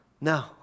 No